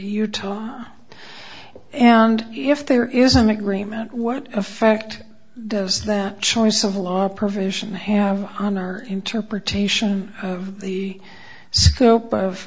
utah and if there is an agreement what effect does that choice of law provision have on our interpretation of the scope of